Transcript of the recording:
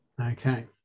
Okay